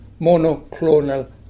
monoclonal